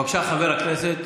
בבקשה, חבר הכנסת